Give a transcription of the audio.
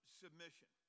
submission